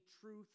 truth